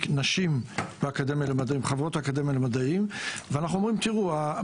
נשים חברות האקדמיה למדעים ואנחנו אומרים: תראו,